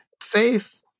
Faith